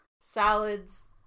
salads